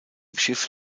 schiff